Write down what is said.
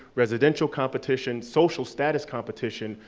residential competition, social status competition,